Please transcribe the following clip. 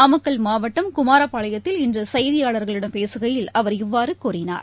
நாமக்கல் மாவட்டம் குமாரபாளையத்தில் இன்றுசெய்தியாளர்களிடம் பேசுகையில் அவர் இவ்வாறுகூறினார்